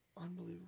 Unbelievable